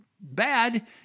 bad